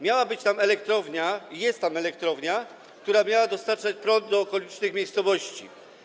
Miała być tam elektrownia i jest tam elektrownia, która miała dostarczać prąd do okolicznych miejscowości.